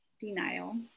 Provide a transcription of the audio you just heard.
denial